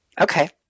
Okay